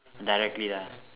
directly lah